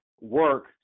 work